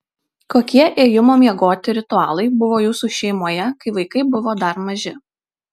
kokie ėjimo miegoti ritualai buvo jūsų šeimoje kai vaikai buvo dar maži